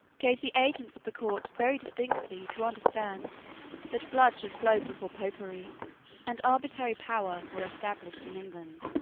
gave the agents of the court very distinctly to understand that blood should flow before popery and arbitrary power were established in england.